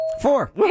Four